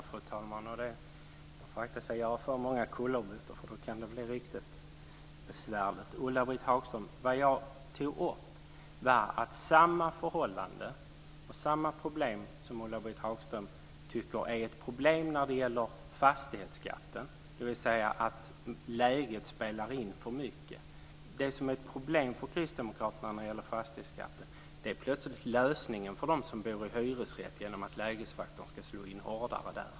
Fru talman! Man får akta sig för att göra för många kullerbyttor, för då kan det bli riktigt besvärligt. Vad jag tog upp var det förhållande som Ulla Britt Hagström tycker är ett problem när det gäller fastighetsskatten, dvs. att läget spelar in för mycket. Det som för Kristdemokraterna är ett problem när det gäller fastighetsskatten är plötsligt lösningen för dem som bor i hyresrätt, genom att lägesfaktorn ska slå hårdare där.